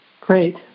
Great